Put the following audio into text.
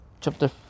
Chapter